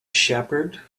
shepherd